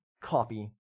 copy